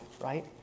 right